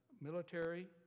military